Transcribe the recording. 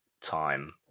time